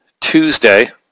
Tuesday